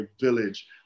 village